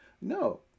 No